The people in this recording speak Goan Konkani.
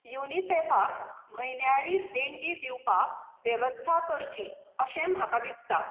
युनिसेफाक म्हयन्याळी देणगी दिवपाक वेवस्था करची अशें म्हाका दिसता